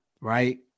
Right